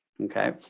Okay